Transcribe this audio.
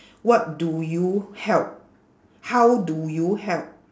what do you help how do you help